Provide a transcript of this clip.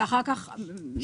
רגיל --- ואחר כך מירבי.